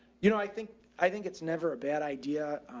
you know, i think, i think it's never a bad idea.